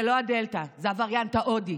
זה לא הדלתא, זה הווריאנט ההודי.